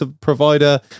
provider